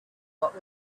what